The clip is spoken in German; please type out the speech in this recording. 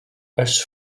als